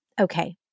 Okay